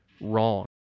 wrong